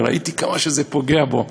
וראיתי כמה שזה פוגע בו,